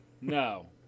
No